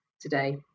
today